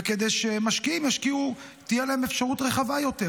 וכדי שלמשקיעים תהיה אפשרות רחבה יותר,